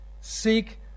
Seek